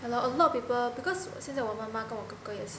and a lot of people because 现在我妈妈跟我哥哥也是